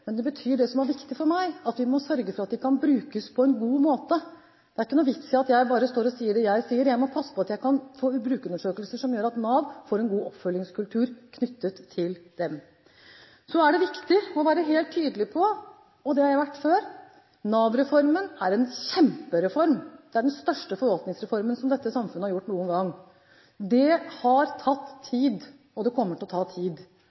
men det betyr det som er viktig for meg, nemlig at vi må sørge for at de kan brukes på en god måte. Det er ingen vits i at jeg bare står og sier det jeg sier, jeg må passe på at vi får brukerundersøkelser som gjør at Nav får en god oppfølgingskultur knyttet til dem. Så er det viktig å være helt tydelig på – og det har jeg vært før – at Nav-reformen er en kjempereform. Det er den største forvaltningsreformen som dette samfunnet har gjort noen gang. Det har tatt tid, og det kommer til å ta tid.